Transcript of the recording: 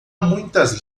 muitas